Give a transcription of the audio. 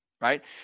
right